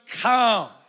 come